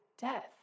death